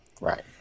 right